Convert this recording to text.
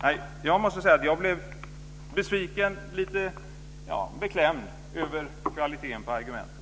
Jag måste säga att jag blev besviken och lite beklämd över kvaliteten på argumenten.